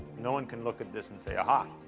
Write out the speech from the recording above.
no one can look at this and say, aha,